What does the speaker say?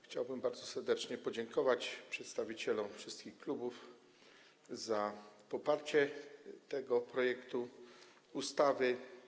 Chciałbym bardzo serdecznie podziękować przedstawicielom wszystkich klubów za poparcie tego projektu ustawy.